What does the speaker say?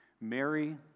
Mary